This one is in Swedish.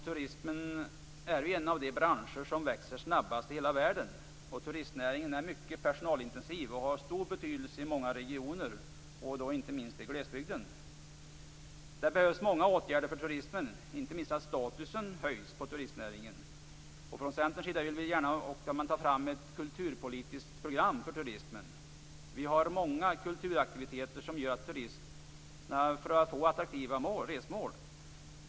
Turismen är en av de branscher som växer snabbast i hela världen. Turistnäringen är mycket personalintensiv och har stor betydelse i många regioner, inte minst i glesbygden. Det behövs många åtgärder för turismen. Inte minst behöver turistnäringens status höjas. I Centern vill vi att det tas fram ett kulturpolitiskt program för turismen. Vi har många kulturaktiviteter som gör att turisterna får attraktiva resmål.